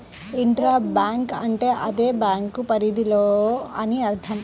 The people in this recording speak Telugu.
ఇంట్రా బ్యాంక్ అంటే అదే బ్యాంకు పరిధిలో అని అర్థం